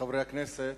חברי הכנסת,